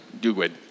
Duguid